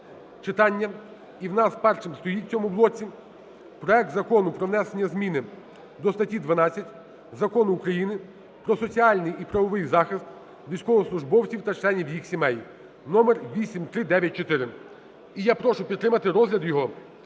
читання. І у нас першим стоїть в цьому блоці проект Закону про внесення зміни до статті 12 Закону України "Про соціальний і правовий захист військовослужбовців та членів їх сімей" (№8394). І я прошу підтримати розгляд його